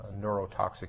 neurotoxic